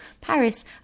Paris